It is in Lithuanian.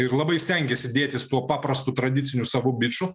ir labai stengėsi dėtis tuo paprastu tradiciniu savu biču